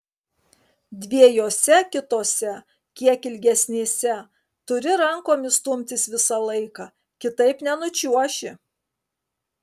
dviejose kitose kiek ilgesnėse turi rankomis stumtis visą laiką kitaip nenučiuoši